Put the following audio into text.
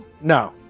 No